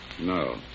No